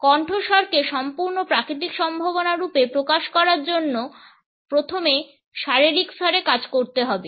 কণ্ঠস্বরকে সম্পূর্ণ প্রাকৃতিক সম্ভাবনা রূপে প্রকাশ করার জন্য প্রথমে শারীরিক স্তরে কাজ করতে হবে